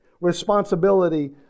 responsibility